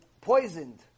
poisoned